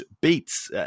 beats